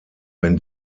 wenn